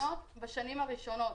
בשנים הראשונות,